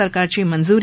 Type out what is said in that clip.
सरकारची मंजूरी